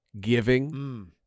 giving